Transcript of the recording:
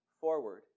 forward